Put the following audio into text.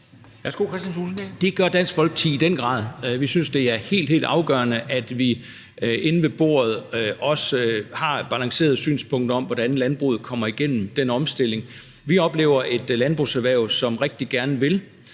Det gør Dansk Folkeparti i den grad. Vi synes, det er helt, helt afgørende, at vi inde ved bordet også har et balanceret synspunkt om, hvordan landbruget kommer igennem den omstilling. Vi oplever et landbrugserhverv, som rigtig gerne vil,